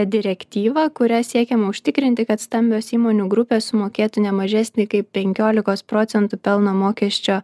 direktyvą kuria siekiama užtikrinti kad stambios įmonių grupės sumokėtų ne mažesnį kaip penkiolikos procentų pelno mokesčio